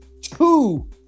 two